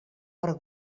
per